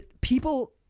People